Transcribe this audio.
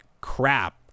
crap